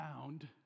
found